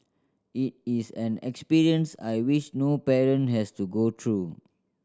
it is an experience I wish no parent has to go through